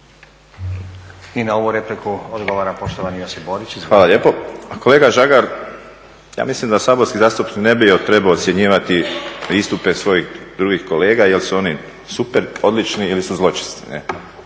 I na ovu repliku odgovara poštovani Josip Borić. **Borić, Josip (HDZ)** Hvala lijepo. Kolega Žagar, ja mislim da saborski zastupnik ne bi trebao ocjenjivati istupe svojih drugih kolega, jesu oni super, odlični ili su zločesti.